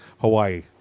Hawaii